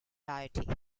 deity